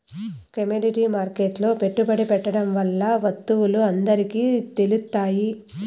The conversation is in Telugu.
కమోడిటీ మార్కెట్లో పెట్టుబడి పెట్టడం వల్ల వత్తువులు అందరికి తెలుత్తాయి